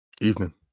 Evening